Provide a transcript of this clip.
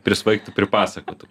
prisvaigtų pripasakotų